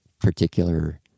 particular